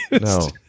no